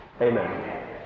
amen